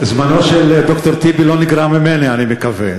זמנו של ד"ר טיבי לא נגרע ממני, אני מקווה.